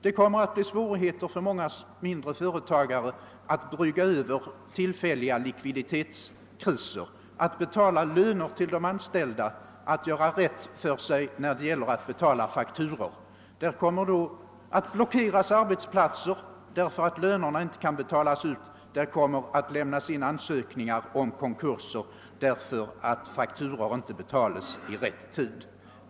Det kommer att bli svårt för många mindre företag att brygga över tillfälliga likviditetskriser, att betala löner till de anställda, att göra rätt för sig när det gäller att betala fakturor. Arbetsplatser kommer då att blockeras därför att lönerna inte kan betalas ut, ansökningar om konkurser kommer att lämnas in därför att fakturor inte betalas i rätt tid.